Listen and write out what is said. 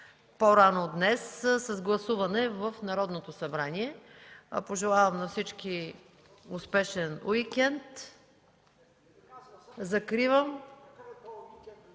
по-рано днес с гласуване в Народното събрание. Пожелавам на всички успешни почивни дни! Закривам